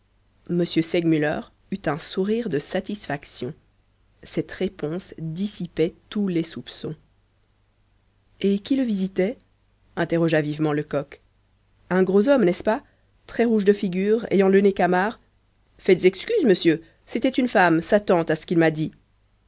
m segmuller eut un sourire de satisfaction cette réponse dissipait tous les soupçons et qui le visitait interrogea vivement lecoq un gros homme n'est-ce pas très rouge de figure ayant le nez camard faites excuse monsieur c'était une femme sa tante à ce qu'il m'a dit